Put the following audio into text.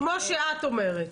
כמו שאת אומרת.